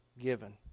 given